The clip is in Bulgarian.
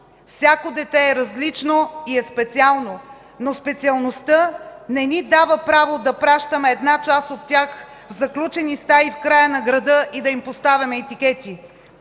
Всяко дете е различно и е специално, но специалността не ни дава право да пращаме една част от тях в заключени стаи в края на града и да им поставяме етикети.